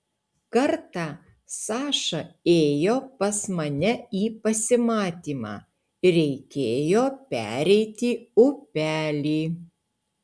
kartą saša ėjo pas mane į pasimatymą ir reikėjo pereiti upelį